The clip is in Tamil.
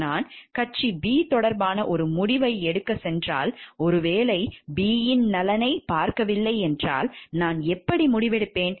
நான் கட்சி b தொடர்பான ஒரு முடிவை எடுக்கச் சென்றால் ஒருவேளை b யின் நலனைப் பார்க்கவில்லை என்றால் நான் எப்படி முடிவெடுப்பேன்